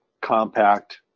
compact